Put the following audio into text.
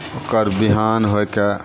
ओकर बिहान होइके